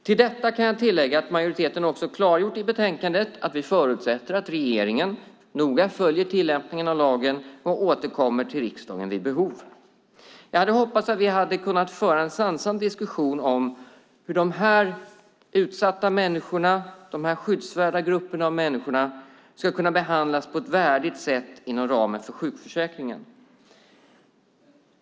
Till detta kan jag tillägga att majoriteten också klargjort i betänkandet att vi förutsätter att regeringen noga följer tillämpningen av lagen och återkommer till riksdagen vid behov. Jag hade hoppats att vi skulle kunna föra en sansad diskussion om hur de här utsatta människorna, de här skyddsvärda grupperna av människor skulle kunna behandlas på ett värdigt sätt inom ramen för sjukförsäkringen.